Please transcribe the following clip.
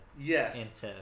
Yes